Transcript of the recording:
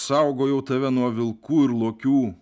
saugojau tave nuo vilkų ir lokių